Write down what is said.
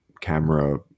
camera